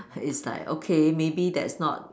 it's like okay maybe that's not